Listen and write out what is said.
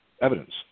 evidence